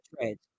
trades